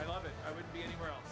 i love it i would be anywhere else